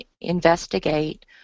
investigate